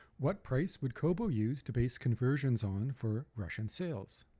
what price would kobo use to base conversions on for russian sales?